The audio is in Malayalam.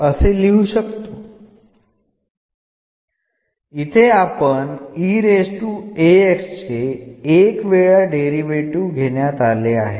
അതിനായി നമുക്ക് ഒരു കോൺസ്റ്റൻഡ് ആണെങ്കിൽ എന്ന റിസൾട്ട് ആവശ്യമാണ്